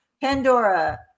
Pandora